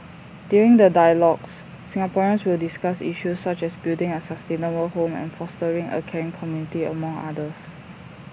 during the dialogues Singaporeans will discuss issues such as building A sustainable home and fostering A caring community among others